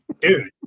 Dude